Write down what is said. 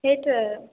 সেইটোৱে আৰু